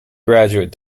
graduate